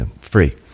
free